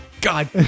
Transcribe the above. God